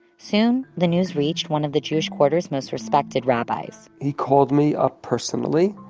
soon the news reached one of the jewish quarter's most respected rabbis he called me up personally.